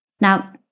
Now